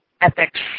ethics